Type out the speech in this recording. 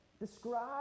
Describe